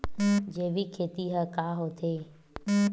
जैविक खेती ह का होथे?